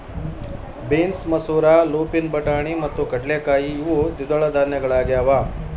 beans ಮಸೂರ lupin ಬಟಾಣಿ ಮತ್ತು ಕಡಲೆಕಾಯಿ ಇವು ದ್ವಿದಳ ಧಾನ್ಯಗಳಾಗ್ಯವ